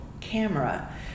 camera